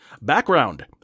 Background